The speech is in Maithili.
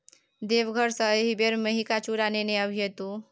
देवघर सँ एहिबेर मेहिका चुड़ा नेने आबिहे तु